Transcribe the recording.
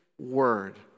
word